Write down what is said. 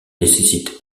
nécessite